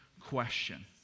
question